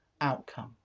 outcome